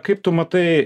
kaip tu matai